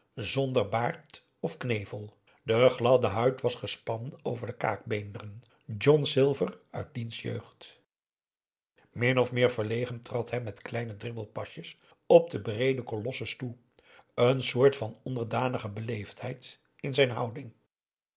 zonder baard of knevel de gladde huid als gespannen over de kaakbeenderen john silver uit diens jeugd min of meer verlegen trad hij met kleine dribbelpasjes op den breeden kolossus toe een soort van onderdanige beleefdheid in zijn houding